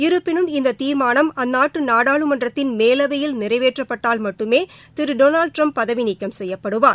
இருப்பினும் இந்த தீர்மானம் அந்நாட்டு நாடாளுமன்றத்தின் மேலவையில் நிறைவேற்றப்பட்டால் மட்டுமே திரு டொனால்ட் டிரம்ப் பதவி நீக்கம் செய்யப்படுவார்